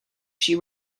she